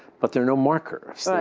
but there are no markers,